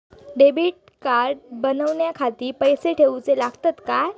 Debit card बनवण्याखाती पैसे दिऊचे लागतात काय?